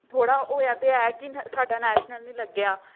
थोह्ड़ा होआ ते ऐ कि साढ़ा नैशनल निं लग्गेआ